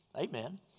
Amen